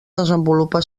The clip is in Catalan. desenvolupa